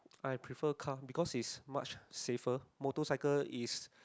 I prefer car because it's much safer motorcycle is